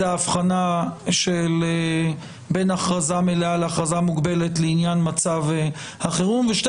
זה ההבחנה בין הכרזה מלאה להכרזה מוגבלת לעניין מצב החירום ושתי